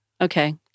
okay